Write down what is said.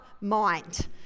mind